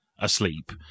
asleep